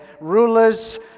rulers